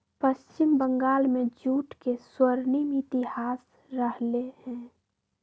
पश्चिम बंगाल में जूट के स्वर्णिम इतिहास रहले है